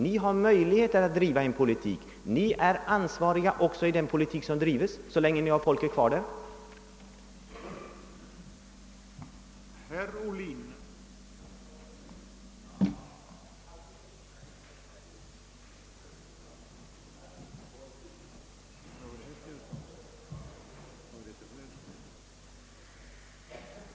Ni har möjlighet att driva en politik, ni är ansvariga för den politik som drivs så länge ni har era representanter kvar i riksbanken.